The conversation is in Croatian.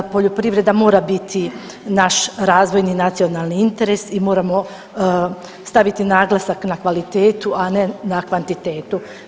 Poljoprivreda mora biti naš razvojni nacionalni interes i moramo staviti naglasak na kvalitetu a ne na kvantitetu.